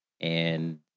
and-